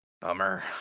bummer